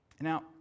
Now